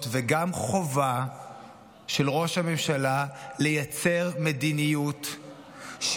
וגם חובה של ראש הממשלה לייצר מדיניות,